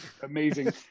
amazing